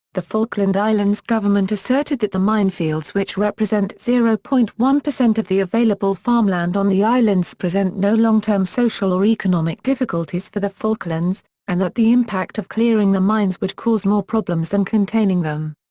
the falkland islands government asserted that the minefields which represent zero point one of the available farmland on the islands present no long term social or economic difficulties for the falklands and that the impact of clearing the mines would cause more problems than containing them.